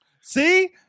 See